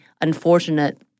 unfortunate